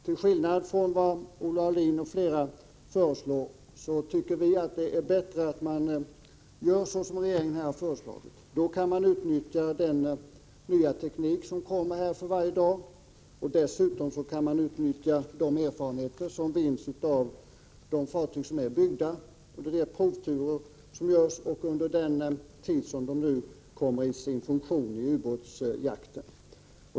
Till skillnad från vad Olle Aulin och flera andra här föreslagit tycker vi att det är bättre att man gör så som regeringen har föreslagit. Då kan man fortlöpande utnyttja den nya tekniken. Man kan också dra nytta av de erfarenheter som vinns av de redan byggda fartygen och av de provturer som görs under den tid då båtarna är i funktion i ubåtsjakten.